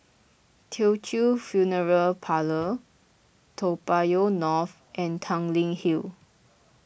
Teochew Funeral Parlour Toa Payoh North and Tanglin Hill